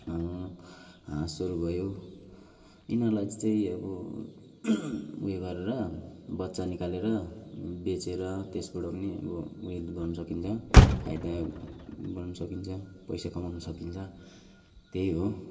हाँसहरू भयो यिनीहरूलाई चाहिँ अब उयो गरेर बच्चा निकालेर बेचेर त्यसबाट पनि अब उयो गर्नु सकिन्छ फाइदा गर्नु सकिन्छ पैसा कमाउनु सकिन्छ त्यही हो